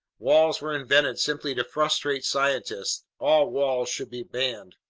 walls were invented simply to frustrate scientists. all walls should be banned.